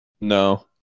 No